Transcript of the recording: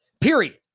Period